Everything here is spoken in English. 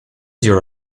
your